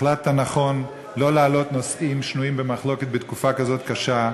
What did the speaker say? החלטת נכון שלא להעלות נושאים שנויים במחלוקת בתקופה כזאת קשה.